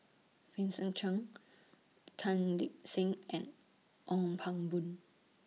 Vincent Cheng Tan Lip Seng and Ong Pang Boon